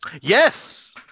Yes